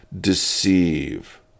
deceive